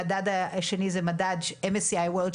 המדד השני הוא מדד MSCI World,